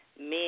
men